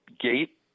gate